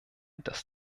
das